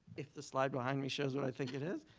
if the slide behind me shows what i think it is.